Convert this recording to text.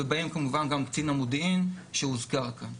ביניהם כמובן גם קצין המודיעין שהוזכר כאן.